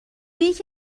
یکی